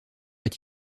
est